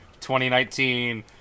2019